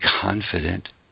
confident